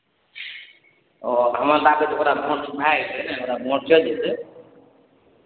ओ हम दाबि देबै तऽ ओकरा भोट भए जेतै नहि ओकरा भोट चलि जेतै